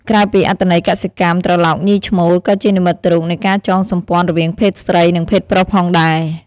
ក្រៅពីអត្ថន័យកសិកម្ម ត្រឡោកញីឈ្មោល ក៏ជានិមិត្តរូបនៃការចងសម្ព័ន្ធរវាងភេទស្រី និងភេទប្រុសផងដែរ។